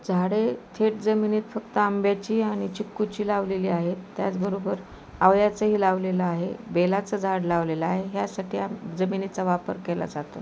झाडे थेट जमिनीत फक्त आंब्याची आणि चिक्कूची लावलेली आहे त्याचबरोबर आवळ्याचंही लावलेलं आहे बेलाचं झाड लावलेलं आहे ह्यासाठी जमिनीचा वापर केला जातो